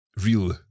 Real